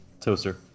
Toaster